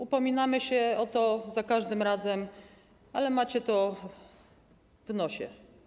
Upominamy się o to za każdym razem, ale macie to w nosie.